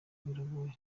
biragoye